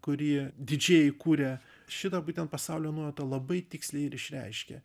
kurį didžėjai kūrė šitą būtent pasaulio nuojautą labai tiksliai ir išreiškia